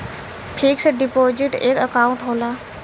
fix deposit एक account होला